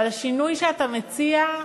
אבל השינוי שאתה מציע,